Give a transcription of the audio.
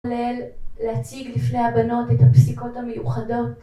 ...להציג לפני הבנות את הפסיקות המיוחדות